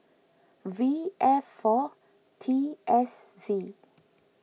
V F four T S Z